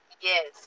Yes